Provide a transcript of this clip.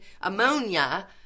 ammonia